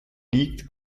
liegt